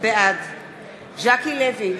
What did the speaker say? בעד ז'קי לוי,